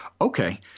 Okay